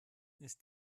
ist